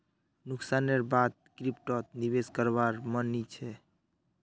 नुकसानेर बा द क्रिप्टोत निवेश करवार मन नइ छ